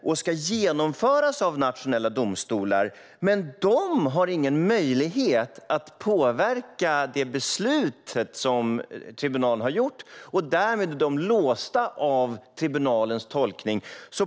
De ska genomföras av nationella domstolar, men dessa har ingen möjlighet att påverka det beslut som tribunalen har fattat och blir därmed låsta av tribunalens tolkning.